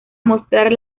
mostrar